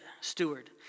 steward